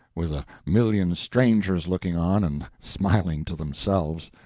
with a million strangers looking on and smiling to themselves.